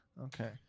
okay